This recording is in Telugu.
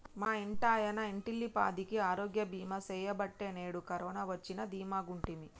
మా ఇంటాయన ఇంటిల్లపాదికి ఆరోగ్య బీమా సెయ్యబట్టే నేడు కరోన వచ్చినా దీమాగుంటిమి